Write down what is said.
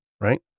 right